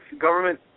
government